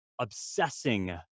obsessing